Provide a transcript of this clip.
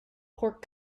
pork